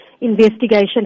investigation